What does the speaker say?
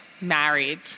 married